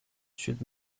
should